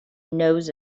knows